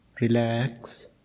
relax